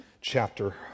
chapter